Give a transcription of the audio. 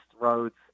roads